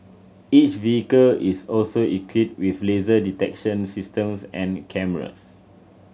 each vehicle is also equipped with laser detection systems and cameras